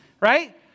right